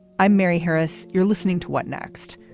i'm mary harris. you're listening to what next.